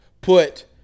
put